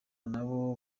nabo